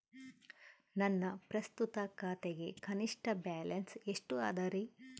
ನನ್ನ ಪ್ರಸ್ತುತ ಖಾತೆಗೆ ಕನಿಷ್ಠ ಬ್ಯಾಲೆನ್ಸ್ ಎಷ್ಟು ಅದರಿ?